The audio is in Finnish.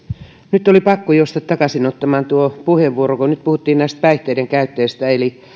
nyt oli pakko juosta takaisin ottamaan puheenvuoro kun nyt puhuttiin näistä päihteiden käyttäjistä eli